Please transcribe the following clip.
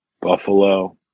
Buffalo